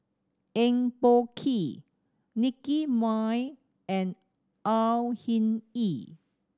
Eng Boh Kee Nicky Moey and Au Hing Yee